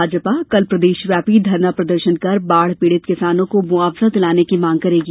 भाजपा कल प्रदेष व्यापी धरना प्रदर्षन कर बाढ़ पीड़ित किसानों को मुआवजा दिलाने की मांग करेगी